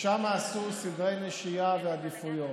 ושם עשו סדרי נשייה ועדיפויות.